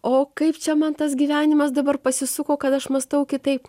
o kaip čia man tas gyvenimas dabar pasisuko kad aš mąstau kitaip